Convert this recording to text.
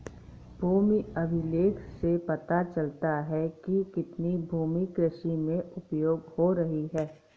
भूमि अभिलेख से पता चलता है कि कितनी भूमि कृषि में उपयोग हो रही है